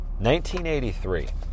1983